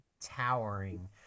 towering